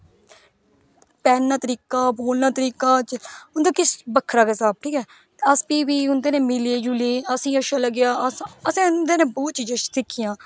पहने दा तरीका उन्दा किश बक्खरा गै स्हाब ठीक ऐ उस फिह् बी उन्दे कन्ने मिले जुले आसें गी अच्छा लग्गेआ आसें उन्दे कन्नै बहूत चीजां सिक्खियां